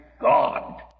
God